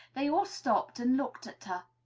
they all stopped and looked at her,